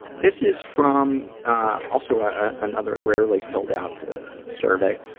this is from also ah another rarely filled-out survey,